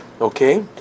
okay